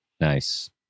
Nice